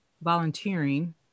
volunteering